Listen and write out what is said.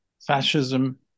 fascism